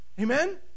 Amen